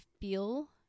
feel